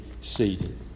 seated